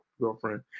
girlfriend